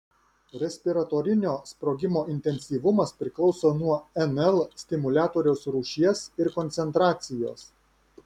respiratorinio sprogimo intensyvumas priklauso nuo nl stimuliatoriaus rūšies ir koncentracijos